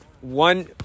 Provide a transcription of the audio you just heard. one